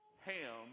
Ham